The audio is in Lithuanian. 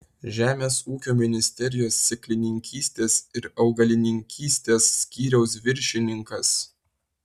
žemės ūkio ministerijos sėklininkystės ir augalininkystės skyriaus viršininkas